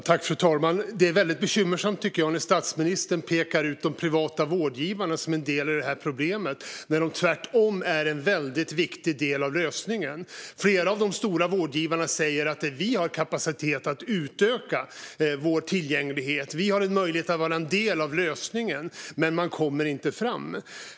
Fru talman! Det är väldigt bekymmersamt när statsministern pekar ut de privata vårdgivarna som en del i problemet när de tvärtom är en väldigt viktig del av lösningen. Flera av de stora vårdgivarna säger: Vi har kapacitet att utöka vår tillgänglighet. Vi har en möjlighet att vara en del av lösningen. Men de kommer inte fram.